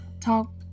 talk